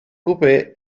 coupé